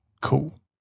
Cool